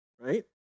right